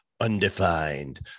undefined